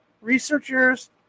Researchers